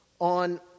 on